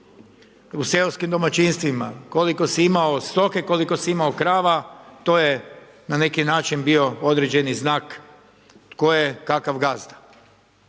u seoskim domaćinstvima, koliko si imao stoke, koliko si imao krava to je na neki način bio određeni znak tko je kakav gazda.